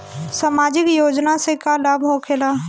समाजिक योजना से का लाभ होखेला?